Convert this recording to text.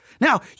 Now